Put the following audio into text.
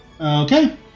Okay